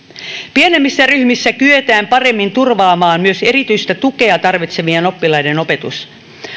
pienemmissä ryhmissä kyetään paremmin turvaamaan myös erityistä tukea tarvitsevien oppilaiden opetus